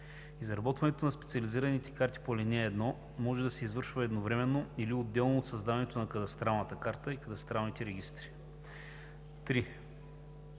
Изработването на специализираните карти по ал. 1 може да се извършва едновременно или отделно от създаването на кадастралната карта и кадастралните регистри.